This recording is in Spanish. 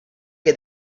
que